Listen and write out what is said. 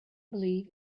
believe